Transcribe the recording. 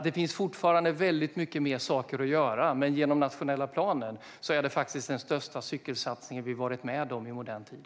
Det finns fortfarande många fler saker att göra, men genom den nationella planen är detta den största cykelsatsning vi har varit med om i modern tid.